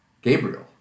Gabriel